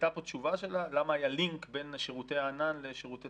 הייתה פה תשובה שלה למה היה לינק בין שירותי הענן לשירותי